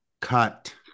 cut